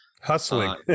hustling